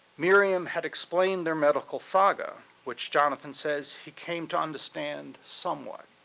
miriam had explained their medical saga, which jonathan says he came to understand somewhat,